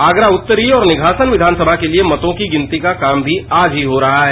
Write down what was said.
आगरा उत्तरी और निधासन विधानसभा के लिए मतो के गिनती का काम भी आज ही हो रहा है